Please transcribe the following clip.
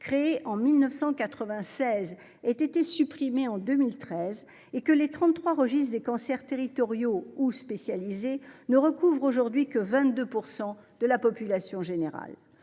créé en 1996 ait été supprimé en 2013 et que les trente-trois registres des cancers territoriaux ou spécialisés ne couvrent que 22 % de la population générale.